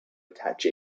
attach